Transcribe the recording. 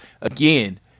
again